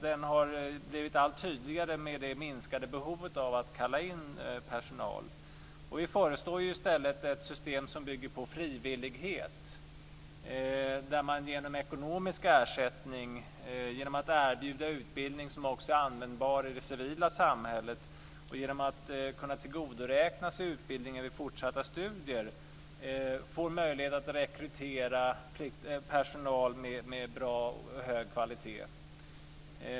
Det har blivit allt tydligare med det minskade behovet av att kalla in personal. Vi föreslår i stället ett system som bygger på frivillighet där man genom ekonomisk ersättning, genom att erbjuda utbildning som också är användbar i det civila samhället och genom att kunna tillgodoräkna sig utbildningen vid fortsatta studier får möjlighet att rekrytera personal med bra och hög kvalitet.